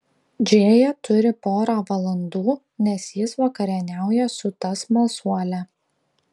džėja turi porą valandų nes jis vakarieniauja su ta smalsuole